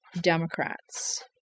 Democrats